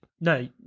No